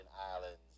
Islands